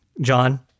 John